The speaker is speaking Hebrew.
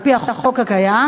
על-פי החוק הקיים,